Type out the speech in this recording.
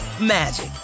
magic